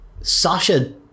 Sasha